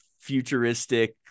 futuristic